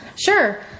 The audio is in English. Sure